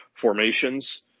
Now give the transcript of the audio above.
formations